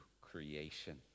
creation